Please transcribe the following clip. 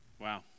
Wow